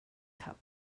cup